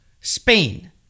Spain